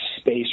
space